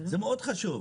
זה מאוד חשוב.